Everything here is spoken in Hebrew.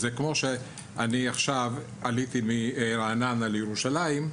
זה כמו שאני עליתי, עכשיו, מרעננה לירושלים.